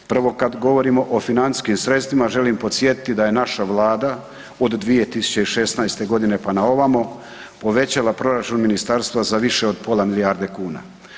Prvo, kad govorimo o financijskim sredstvima, želim podsjetiti da je naša Vlada od 2016. g. pa na ovamo povećava proračun ministarstva za više od pola milijarde kuna.